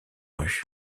rue